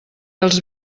els